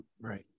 Right